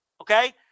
okay